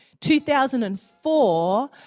2004